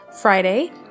Friday